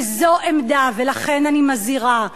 וזו עמדה, ולכן אני מזהירה.